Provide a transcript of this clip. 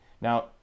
Now